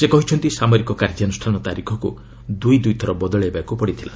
ସେ କହିଛନ୍ତି' ସାମରିକ କାର୍ଯ୍ୟାନୁଷ୍ଠାନ ତାରିଖକୁ ଦୁଇଥର ବଦଳାଇବାକ୍ ପଡିଥିଲା